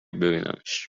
ببینمش